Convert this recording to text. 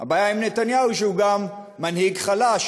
הבעיה עם נתניהו שהוא גם מנהיג חלש,